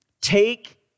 Take